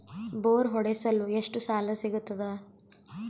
Bore ಹೊಡೆಸಲು ಎಷ್ಟು ಸಾಲ ಸಿಗತದ?